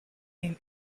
name